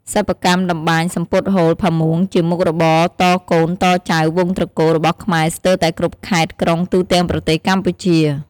សិប្បកម្មតម្បាញសំពត់ហូល ផាមួងជាមុខរបរតកូនតចៅវង្សត្រកូលរបស់ខ្មែរស្ទើរតែគ្រប់ខេត្ត-ក្រុងទូទាំងប្រទេសកម្ពុជា។